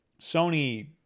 Sony